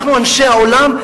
אנחנו אנשי העולם.